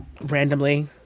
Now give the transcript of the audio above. randomly